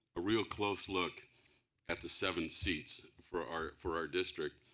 a real close look at the seven seats for our for our district,